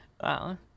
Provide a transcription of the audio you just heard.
Wow